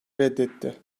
reddetti